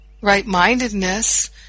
right-mindedness